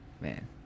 Man